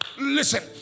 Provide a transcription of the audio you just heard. Listen